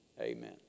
Amen